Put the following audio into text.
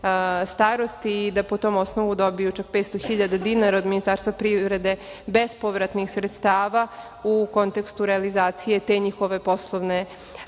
starosti i da po tom osnovu dobiju čak 500.000 dinara od Ministarstva privrede, bespovratnih sredstava u kontekstu realizacije te njihove poslovne